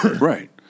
Right